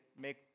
make